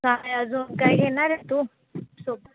काय अजून काय घेणार आहेस तू सोबत